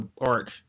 arc